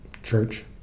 Church